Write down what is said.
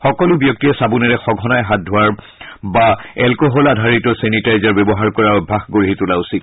সকলো ব্যক্তিয়ে চাবোনেৰে সঘনাই হাত ধোৱাৰ বা এলকহল আধাৰিত চেনিটাইজাৰ ব্যৱহাৰ কৰাৰ অভ্যাস গঢ়ি তোলা উচিত